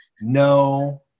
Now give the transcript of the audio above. no